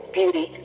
beauty